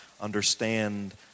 understand